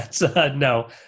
No